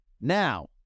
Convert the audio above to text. Now